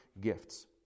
gifts